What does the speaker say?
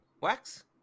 Wax